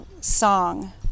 song